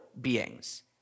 beings